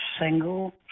single